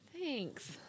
Thanks